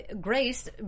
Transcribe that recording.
Grace